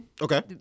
Okay